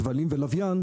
כבלים ולוויין,